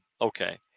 Okay